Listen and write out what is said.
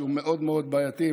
שהם מאוד מאוד בעייתיים,